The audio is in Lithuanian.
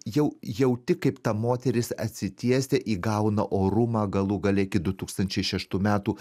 jau jauti kaip ta moteris atsitiesia įgauna orumą galų gale iki du tūkstančiai šeštų metų